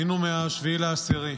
מ-7 באוקטובר,